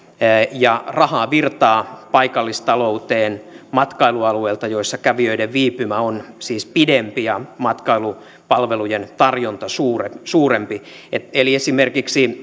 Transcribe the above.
rahaa virtaa paikallistalouteen matkailualueilta joissa kävijöiden viipymä on siis pidempi ja matkailupalvelujen tarjonta suurempi suurempi esimerkiksi